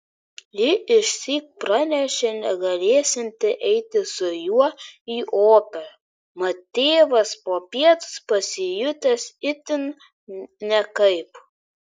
ji išsyk pranešė negalėsianti eiti su juo į operą mat tėvas popiet pasijutęs itin nekaip